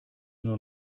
nur